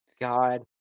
God